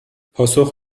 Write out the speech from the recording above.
پاسخ